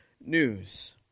news